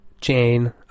Jane